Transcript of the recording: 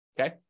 okay